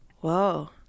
whoa